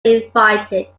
invited